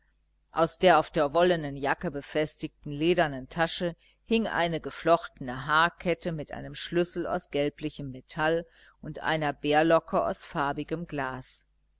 aus der auf der wollenen jacke befestigten ledernen tasche hing eine geflochtene haarkette mit einem schlüssel aus gelblichem metall und einer berlocke aus farbigem glas